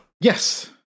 Yes